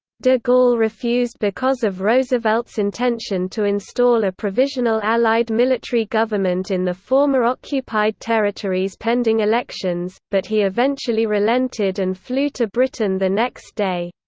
de gaulle refused because of roosevelt's intention to install a provisional allied military government in the former occupied territories pending elections, but he eventually relented and flew to britain the next day.